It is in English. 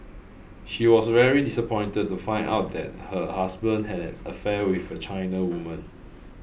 she was very disappointed to find out that her husband had an affair with a China woman